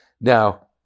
Now